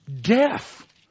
death